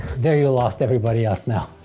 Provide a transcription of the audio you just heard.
there you lost everybody else now.